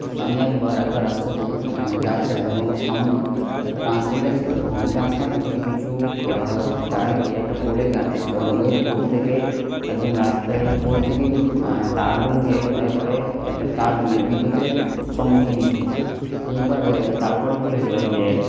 তা আমি একবার একবার রাস্তা দিয়ে যাচ্ছিলাম এবং সামনে একটা টান্সমিটার ছিল এবং ওই টান্সমিটার থেকে কিছু তার গিয়ে একটা পোলে গিয়ে আটকে ছিল এবং ওই পোল থেকেই একদম রাস্তার ওই পোল থেকেই তারগুলোকে ঘরে ঘরে তার মানে বিদ্যুতের ছিল এইবারে তারপরে কী হয়েছিল যে